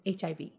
HIV